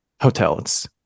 hotels